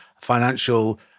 financial